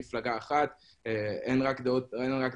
אבל במקרים אחרים יש אנשים שאומרים דברים לא נכונים